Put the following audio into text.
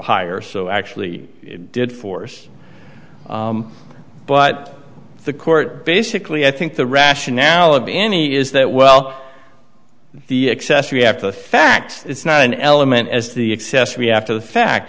hire so i actually did force but the court basically i think the rationale of any is that well the accessory after the fact it's not an element as the excess re after the fact